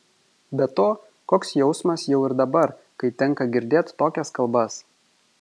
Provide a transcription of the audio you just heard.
be to koks jausmas jau ir dabar kai tenka girdėt tokias kalbas